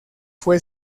fue